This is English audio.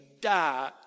die